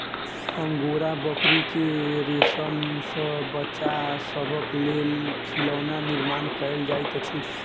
angora बकरी के रेशम सॅ बच्चा सभक लेल खिलौना निर्माण कयल जाइत अछि